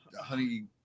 Honey